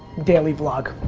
daily vlog.